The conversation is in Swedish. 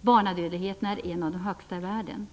Barnadödligheten är en av de högsta i världen.